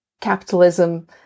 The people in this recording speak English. capitalism